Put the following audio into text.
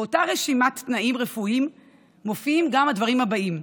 באותה רשימת תנאים רפואיים מופיעים גם הדברים הבאים: